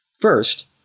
First